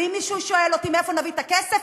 ואם מישהו שואל אותי מאיפה נביא את הכסף,